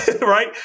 right